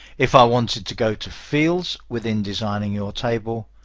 if i wanted to go to fields within designing your table,